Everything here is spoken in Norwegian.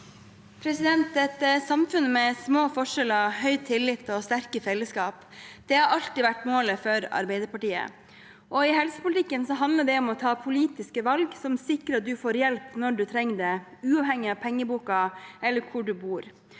Et samfunn med små forskjeller, høy tillit og sterke fellesskap har alltid vært målet for Arbeiderpartiet. I helsepolitikken handler det om å ta politiske valg som sikrer at man får hjelp når man trenger det, uavhengig av pengeboken eller hvor man bor.